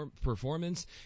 performance